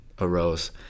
arose